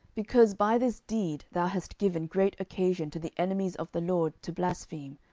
because by this deed thou hast given great occasion to the enemies of the lord to blaspheme,